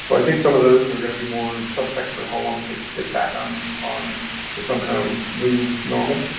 so i think some of those are going to be more suspect for how long it takes to get back um on but some kind of new normal.